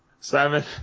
Simon